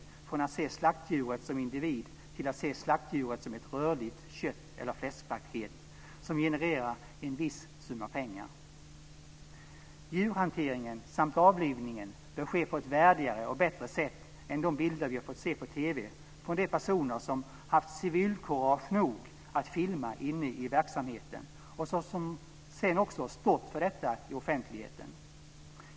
Man har gått från att se slaktdjur som individ till att se slaktdjuret som ett rörligt kött eller fläskpaket som genererar en viss summa pengar. Djurhanteringen samt avlivningen bör ske på ett värdigare och bättre sätt än som framgått av de bilder som vi fått se på TV. De har tagits av personer som har haft civilkurage nog att filma inne i verksamheten och som sedan också stått för det i offentligheten.